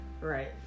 Right